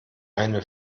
eine